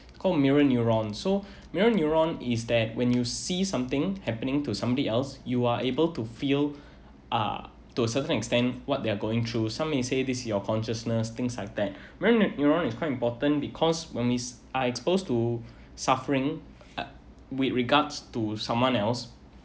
called mirror neuron so mirror neuron is that when you see something happening to somebody else you are able to feel uh to a certain extent what they're going through some may say this is your consciousness things like that mirror neuron is quite important because when we are exposed to suffering uh with regards to someone else